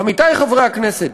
עמיתי חברי הכנסת,